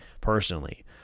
personally